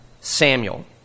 Samuel